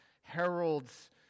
heralds